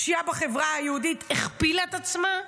והפשיעה בחברה היהודית הכפילה את עצמה.